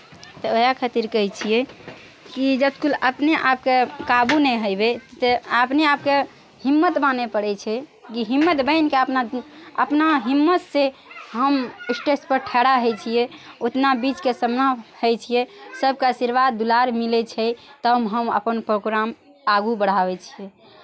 तऽ वहए खातिर कहै छियै कि जतुल अपनेआपके काबू नै हैबै तेते आपने आपके हिम्मत बानय पड़ै छै कि हिम्मत बाइन्ह के अपना अपना हिम्मत से हम स्टेज पर ठरा होइ छियै उतना बीच के समना होइ छियै सबके आशीर्वाद दुलार मिलै छै तब हम अपन प्रोग्राम आगू बढ़ाबै छियै